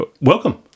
welcome